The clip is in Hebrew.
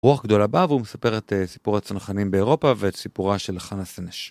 רוח גדולה בא והוא מספר את סיפור הצנחנים באירופה ואת סיפורה של חנה סנש.